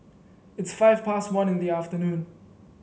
its five past one in the afternoon